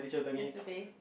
face to face